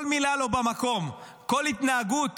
כל מילה לא במקום, כל התנהגות